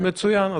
מצוין.